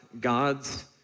God's